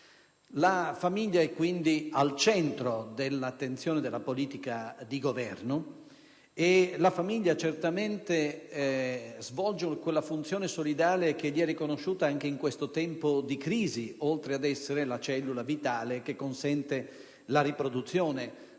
La famiglia è quindi al centro dell'attenzione della politica di Governo. Essa certamente svolge la funzione solidale che le è riconosciuta anche in questo tempo di crisi, oltre ad essere la cellula vitale che consente la riproduzione della